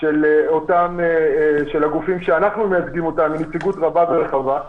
של הגופים שאנחנו מייצגים אותם היא נציגות גדולה ורחבה.